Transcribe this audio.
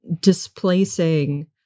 displacing